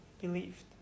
believed